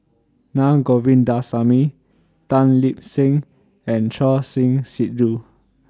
Naa Govindasamy Tan Lip Seng and Choor Singh Sidhu